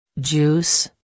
Juice